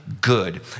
good